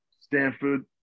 Stanford